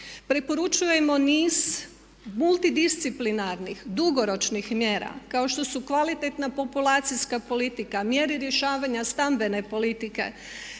Preporučujemo niz multidisciplinarnih, dugoročnih mjera kao što su kvalitetna populacijska politika, mjere rješavanja stambene politike,